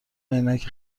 عینک